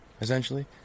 essentially